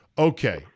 Okay